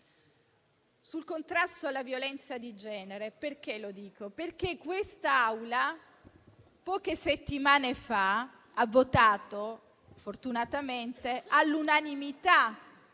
Sul contrasto alla violenza di genere quest'Assemblea poche settimane fa ha votato, fortunatamente all'unanimità,